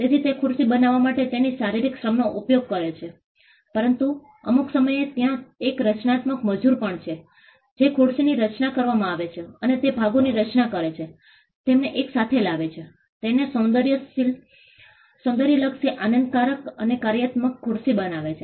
તેથી તે ખુરશી બનાવવા માટે તેની શારીરિક શ્રમનો ઉપયોગ કરે છે પરંતુ અમુક સમયે ત્યાં એક રચનાત્મક મજૂર પણ છે જે ખુરશીની રચના કરવામાં આવે છે અને તે ભાગોની રચના કરે છે તેમને એકસાથે લાવે છે અને તેને સૌંદર્યલક્ષી આનંદકારક અને કાર્યાત્મક ખુરશી બનાવે છે